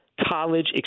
college